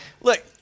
Look